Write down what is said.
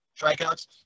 strikeouts